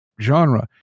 genre